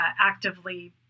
actively